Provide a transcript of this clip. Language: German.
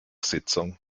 sitzung